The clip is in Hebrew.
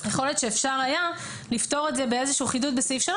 יכול להיות שאפשר היה לפתור את זה באיזשהו חידוד בסעיף 3